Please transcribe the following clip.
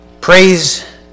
Praise